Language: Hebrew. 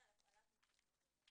המודיע על הפעלת מצלמות במעון.